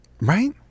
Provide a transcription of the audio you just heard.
Right